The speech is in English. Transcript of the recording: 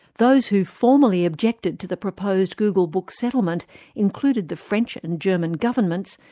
those who formerly objected to the proposed google book settlement included the french and german governments,